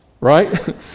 right